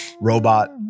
robot